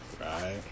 Right